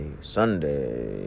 Sunday